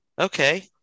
okay